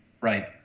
Right